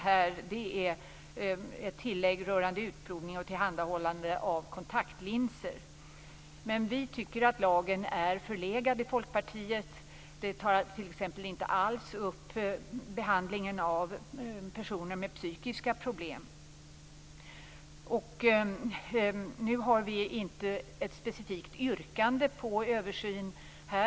Vad som här läggs till rör utprovning och tillhandahållande av kontaktlinser. Vi i Folkpartiet tycker att lagen är förlegad. Behandlingen av personer med psykiska problem t.ex. tas inte upp. Vi har inte något specifikt yrkande om en översyn.